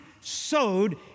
sowed